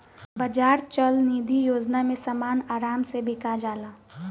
बाजार चल निधी योजना में समान आराम से बिका जाला